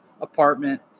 apartment